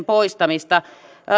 poistamista